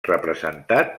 representat